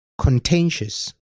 contentious